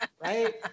right